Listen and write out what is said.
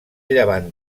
llevant